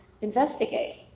investigate